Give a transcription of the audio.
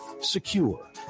secure